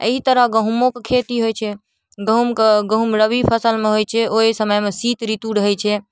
आओर एहि तरह गहूँमोके खेती होइ छै गहूँमके गहूँम रवि फसलमे होइ छै ओइ समयमे शीत ऋतु रहै छै